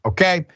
Okay